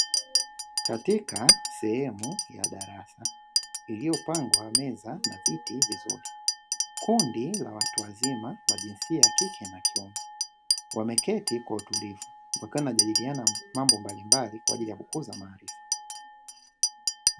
Katika sehemu ya darasa iliyopangwa meza na viti vizuri, kundi la watu wazima wa jinsia ya kike na kiume, wameketi kwa utulivu wakiwa wanajadiliana mambo mbalimbali kwa ajili ya kukuza maarifa.